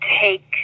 take